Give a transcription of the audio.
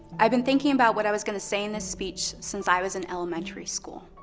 i've been thinking about what i was gonna say in this speech since i was in elementary school.